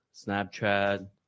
Snapchat